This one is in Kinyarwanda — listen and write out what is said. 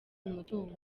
imitungo